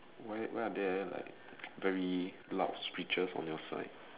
where why are there like very screeches on your side